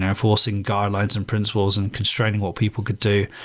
and forcing guidelines and principles and constraining what people could do.